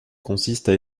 consistent